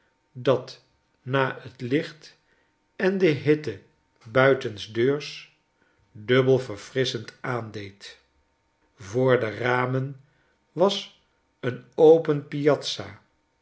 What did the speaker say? dat na t licht en de hitte buitendeurs dubbel verfrisschend aandeed voor de ramen was een open piazza